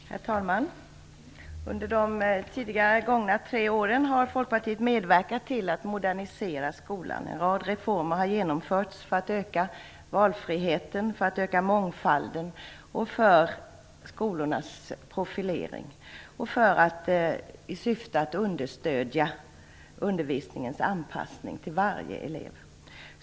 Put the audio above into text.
Herr talman! Under de gångna tre åren har Folkpartiet medverkat till att modernisera skolan. En rad reformer har genomförts för att öka valfriheten, för att öka mångfalden, för skolornas profilering och i syfte att understöda undervisningens anpassning till varje elev.